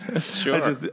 Sure